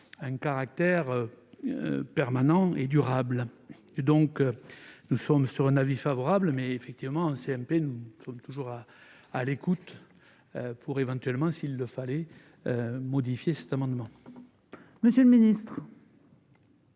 monsieur le ministre,